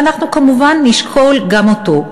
ואנחנו כמובן נשקול גם אותו.